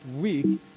week